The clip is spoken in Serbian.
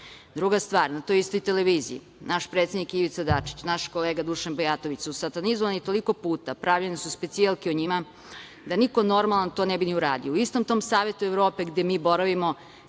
Druga stvar, na toj istoj televiziji naš predsednik Ivica Dačić i naš kolega Dušan Bajatović su satanizovani toliko puta, pravljene su specijalke o njima, da niko normalan to ne bi ni uradio.U istom tom Savetu Evrope gde mi boravimo,